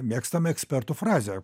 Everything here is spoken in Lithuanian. mėgstamą ekspertų frazę